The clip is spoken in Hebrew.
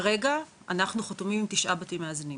כרגע אנחנו חתומים עם תשעה בתים מאזנים.